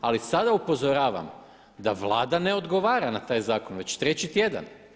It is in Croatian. Ali sada upozoravam da Vlada ne odgovara na taj zakon već treći tjedan.